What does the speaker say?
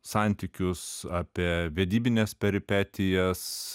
santykius apie vedybines peripetijas